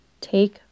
Take